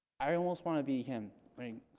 i almost want to be him i mean